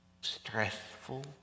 stressful